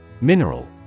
Mineral